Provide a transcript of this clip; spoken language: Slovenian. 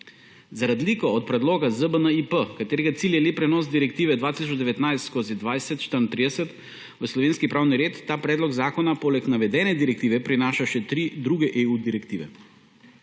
Za razliko od predloga ZBNIP, katerega cilj je le prenos Direktive 2019/2034 v slovenski pravni red, ta predlog zakona poleg navedene direktive prenaša še tri druge EU direktive.